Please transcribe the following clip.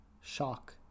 shock